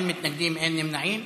אין מתנגדים, אין נמנעים.